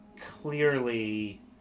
clearly